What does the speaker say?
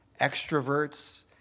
extroverts